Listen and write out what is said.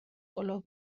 color